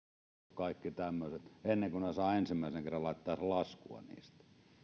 kaikki tämmöiset ennen kuin ne saavat ensimmäisen kerran laittaa edes laskua niistä